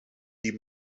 die